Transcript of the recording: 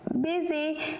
busy